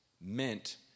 meant